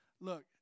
look